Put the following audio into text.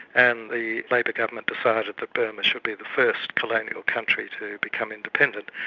and the labour government decided that burma should be the first colonial country to become independent.